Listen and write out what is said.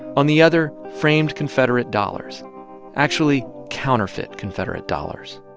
on the other, framed confederate dollars actually, counterfeit confederate dollars